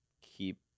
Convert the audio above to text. keep